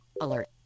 Alert